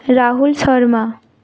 Rahul Sharma